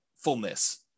fullness